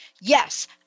yes